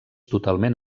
totalment